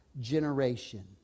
generation